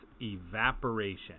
evaporation